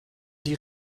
die